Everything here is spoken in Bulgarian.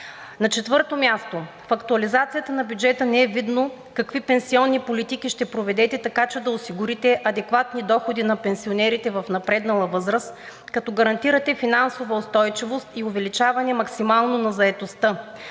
На четвърто място, в актуализацията на бюджета не е видно какви пенсионни политики ще проведете, така че да осигурите адекватни доходи на пенсионерите в напреднала възраст, като гарантирате финансова устойчивост и увеличаване максимално на заетостта,